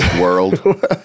world